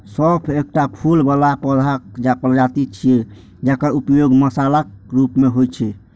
सौंफ एकटा फूल बला पौधाक प्रजाति छियै, जकर उपयोग मसालाक रूप मे होइ छै